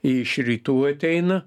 iš rytų ateina